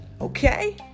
Okay